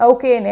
Okay